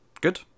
Good